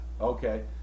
Okay